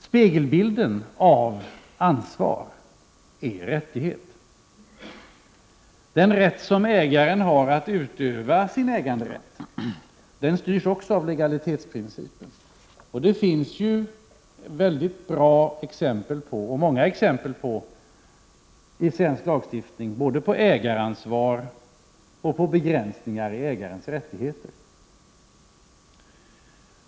Spegelbilden av ansvar är rättighet. Den rätt ägaren har att utöva sin äganderätt styrs också av legalitetsprincipen. Det finns många bra exempel i svensk lagstiftning både på ägaransvar och på begränsningar i ägarens rättigheter.